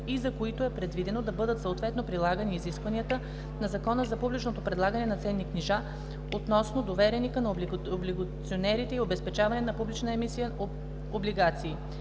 и за които е предвидено да бъдат съответно прилагани изискванията на Закона за публичното предлагане на ценни книжа относно довереника на облигационерите и обезпечаване на публична емисия облигации;